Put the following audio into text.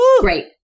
Great